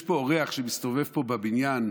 יש אורח שמסתובב פה בבניין,